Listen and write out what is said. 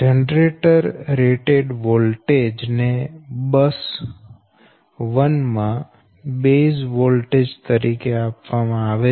generator rated voltage ને bus 1 માં base voltage તરીકે આપવામાં આવે છે